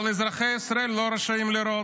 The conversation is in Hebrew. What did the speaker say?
אבל אזרחי ישראל לא רשאים לראות.